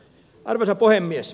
arvoisa puhemies